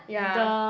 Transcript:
ya